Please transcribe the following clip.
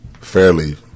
fairly